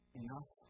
enough